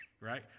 right